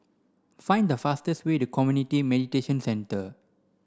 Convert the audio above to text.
find the fastest way to Community Mediation Centre